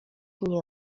mnie